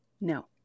No